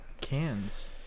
cans